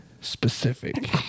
Specific